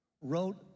wrote